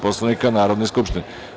Poslovnika Narodne skupštine.